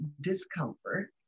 discomfort